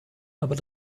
aber